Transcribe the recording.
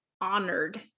honored